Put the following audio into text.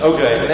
Okay